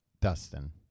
Dustin